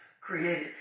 created